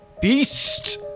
beast